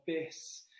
abyss